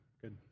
Good